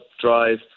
drive